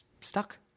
stuck